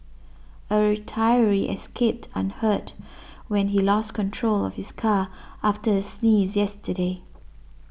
a retiree escaped unhurt when he lost control of his car after a sneeze yesterday